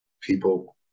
people